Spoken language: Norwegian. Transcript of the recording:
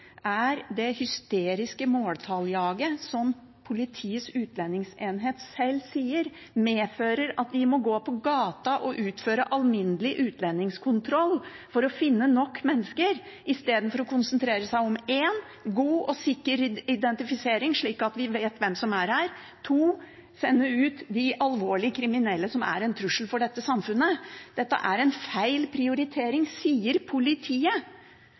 er det hysteriske måltalljaget som Politiets utlendingsenhet sjøl sier medfører at de må gå på gata og utføre alminnelig utlendingskontroll for å finne nok mennesker, istedenfor for det første å konsentrere seg om god og sikker identifisering slik at vi vet hvem som er her, og for det andre sende ut de alvorlig kriminelle som er en trussel for dette samfunnet. Dette er en feil prioritering, sier politiet.